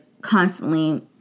constantly